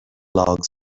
logs